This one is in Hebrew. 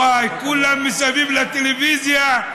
וואי, כולם מסביב לטלוויזיה,